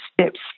steps